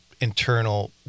internal